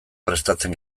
prestatzen